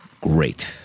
great